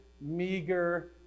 meager